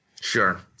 Sure